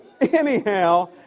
anyhow